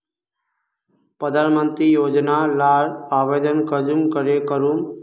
प्रधानमंत्री योजना लार आवेदन कुंसम करे करूम?